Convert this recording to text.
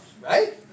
Right